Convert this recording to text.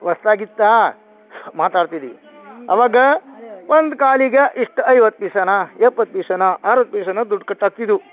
ಹೊಸ್ದಾಗಿತ್ತಾ ಮಾತಾಡ್ತಿದೀವಿ ಅವಾಗ ಒಂದು ಕಾಲಿಗೆ ಇಷ್ಟು ಐವತ್ತು ಪೈಸಾನೋ ಎಪ್ಪತ್ತು ಪೈಸಾನೋ ಅರವತ್ತು ಪೈಸಾನೋ ದುಡ್ಡು ಕಟ್ಟಾಗ್ತಿದ್ವು